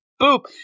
boop